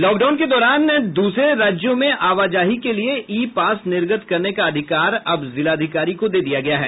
lock down के दौरान दूसरे राज्यों में आवाजाही के लिए ई पास निर्गत करने का अधिकार अब जिलाधिकारी को दे दिया गया है